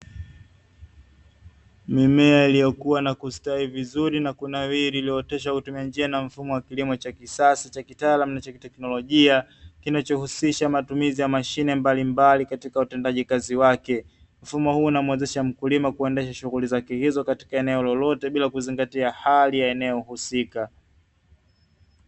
Mimea iliyokuwa ikistawi vizuri na kunawiri, iliyooteshwa kwa kutumia njia na mfumo wa kilimo cha kisasa, cha kitaalamu na cha kiteknolojia, kinachohusisha matumizi ya mashine mbalimbali katika utendaji kazi wake. Mfumo huu unawezesha mkulima kuendesha shughuli zake hizo katika eneo lolote bila kuzingatia hali ya eneo husika.